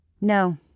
No